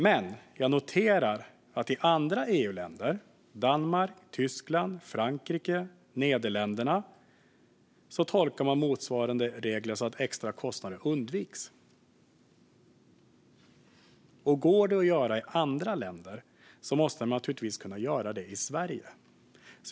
Men jag noterar att i andra EU-länder - Danmark, Tyskland, Frankrike och Nederländerna - tolkar man motsvarande regler så att extra kostnader undviks. Går det att göra i andra länder måste man naturligtvis kunna göra det i Sverige.